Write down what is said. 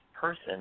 person